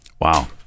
Wow